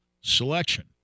selection